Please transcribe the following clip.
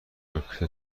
راکت